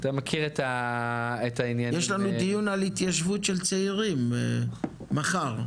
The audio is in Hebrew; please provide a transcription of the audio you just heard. יש לנו דיון על התיישבות של צעירים מחר,